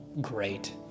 great